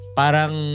parang